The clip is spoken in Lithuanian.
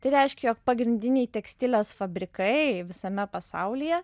tai reiškia jog pagrindiniai tekstilės fabrikai visame pasaulyje